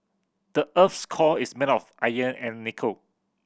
the earth's core is made of iron and nickel